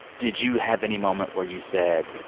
did you have any moment where you said,